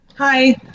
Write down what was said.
Hi